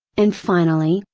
and finally,